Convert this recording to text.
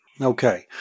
Okay